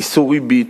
איסור ריבית,